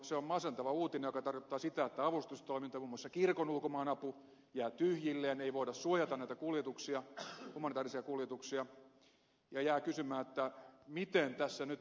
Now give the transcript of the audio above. se on masentava uutinen joka tarkoittaa sitä että avustustoiminta muun muassa kirkon ulkomaanapu jää tyhjilleen ei voida suojata näitä humanitaarisia kuljetuksia ja jää kysymään miten tässä nyt näin kävi